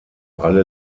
alle